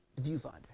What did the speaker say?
viewfinder